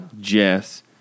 Jess